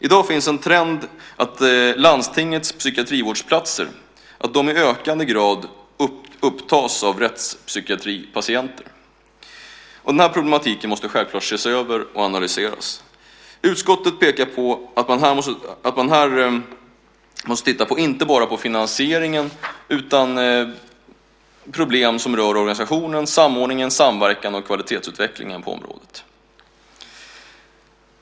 I dag finns en trend att landstingets psykiatrivårdsplatser i ökande grad upptas av rättspsykiatripatienter. Problemet måste självklart ses över och analyseras. Utskottet pekar på att man här måste titta på inte bara finansieringen utan också på problem som rör organisationen, samordningen, samverkan och kvalitetsutvecklingen på området.